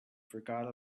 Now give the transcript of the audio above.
forgot